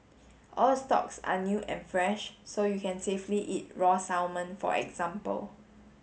all stocks are new and fresh so you can safely eat raw salmon for example